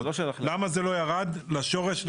למה זה לא ירד לשורש,